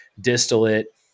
distillate